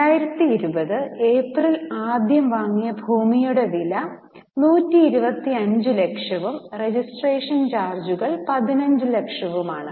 2020 April ആദ്യം വാങ്ങിയ ഭൂമിയുടെ വില 125 ലക്ഷവും രജിസ്ട്രേഷൻ ചാർജുകൾ 15 ലക്ഷവുമാണ്